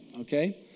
Okay